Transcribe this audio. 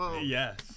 Yes